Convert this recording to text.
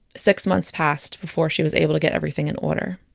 six months passed before she was able to get everything in order.